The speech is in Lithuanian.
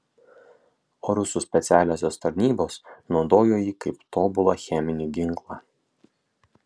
o rusų specialiosios tarnybos naudojo jį kaip tobulą cheminį ginklą